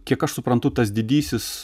kiek aš suprantu tas didysis